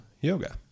Yoga